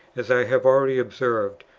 as i have already observed,